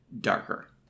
darker